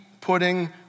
putting